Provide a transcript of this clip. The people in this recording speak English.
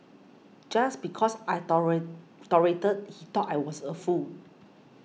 just because I tolerated he thought I was a fool